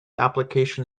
application